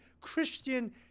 Christian